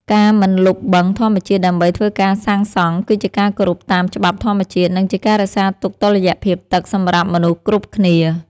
ការមិនលុបបឹងធម្មជាតិដើម្បីធ្វើការសាងសង់គឺជាគោរពតាមច្បាប់ធម្មជាតិ និងជាការរក្សាទុកតុល្យភាពទឹកសម្រាប់មនុស្សគ្រប់គ្នា។